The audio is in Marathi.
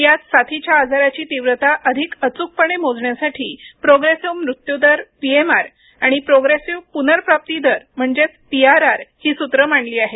यात साथीच्या आजाराची तीव्रता अधिक अचूकपणे मोजण्यासाठी प्रोग्रेसिव्ह मृत्यूदर पीएमआर आणि प्रोग्रेसिव्ह पुनर्प्राप्ती दर पीआरआर हे सूत्र मांडले आहेत